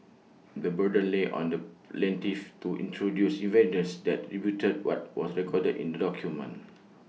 the burden lay on the plaintiff to introduce evidence that rebutted what was recorded in the document